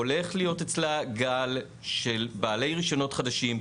הולך להיות אצלה גל של בעלי רישינות חדשים,